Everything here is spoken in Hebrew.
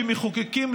כמחוקקים,